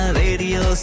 radio